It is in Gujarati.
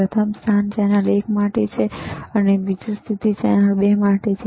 પ્રથમ સ્થાન ચેનલ એક માટે છે બીજી સ્થિતિ ચેનલ 2 માટે છે